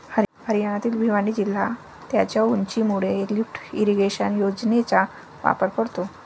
हरियाणातील भिवानी जिल्हा त्याच्या उंचीमुळे लिफ्ट इरिगेशन योजनेचा वापर करतो